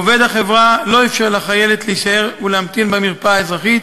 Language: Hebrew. עובד החברה לא אפשר לחיילת להישאר ולהמתין במרפאה האזרחית